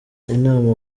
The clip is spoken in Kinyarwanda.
inama